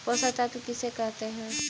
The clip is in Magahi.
पोषक तत्त्व किसे कहते हैं?